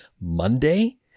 Monday